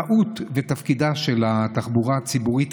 המהות והתפקיד של התחבורה הציבורית,